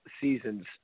seasons